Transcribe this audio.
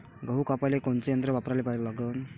गहू कापाले कोनचं यंत्र वापराले लागन?